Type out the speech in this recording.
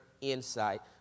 insight